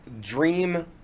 dream